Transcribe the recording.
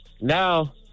now